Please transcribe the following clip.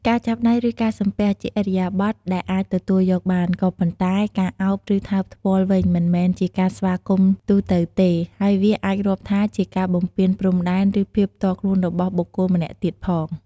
ការចាប់ដៃ ឬ ការសំពះជាឥរិយាបថដែលអាចទទួកយកបាន ក៏ប៉ុន្តែការអោប ឬ ថើបថ្ពាល់វិញមិនមែនជាការស្វាគមន៍ទូទៅទេ ហើយវាអាចរាប់ថាជាការបំពានព្រំដែន ឬ ភាពផ្ទាល់ខ្លួនរបស់បុគ្គលម្នាក់ទៀតផង។